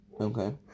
Okay